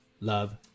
love